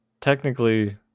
Technically